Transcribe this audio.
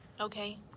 Okay